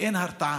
ואין הרתעה,